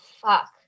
Fuck